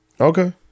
Okay